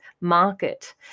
market